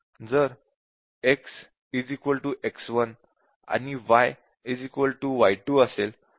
जर x x1 आणि y y2 असेल तर output f x y z आहे